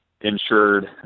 insured